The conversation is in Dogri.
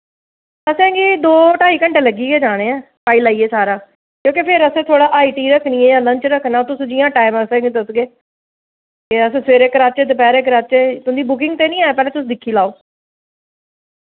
असें गी दो ढाई घंटे लग्गी गै जाने ऐं पाई लाइये सारा क्योंकि फिर असें थोह्ड़ा हाई टी रक्खनी ऐ लंच रक्खना तुस जि'यां टाइम असें गी दसगे एह् अस सवेरै कराचै दपैह्री कराचै तुं'दी बुकिंग ते निं ऐ पैह्लें तुस दिक्खी लैओ